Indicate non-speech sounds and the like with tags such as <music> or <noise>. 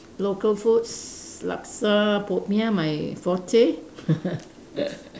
local foods laksa popiah my forte <laughs>